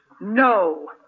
No